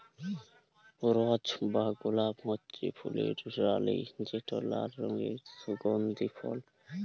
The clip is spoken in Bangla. রজ বা গোলাপ হছে ফুলের রালি যেট লাল রঙের সুগল্ধি ফল